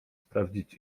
sprawdzić